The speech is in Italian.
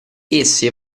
esse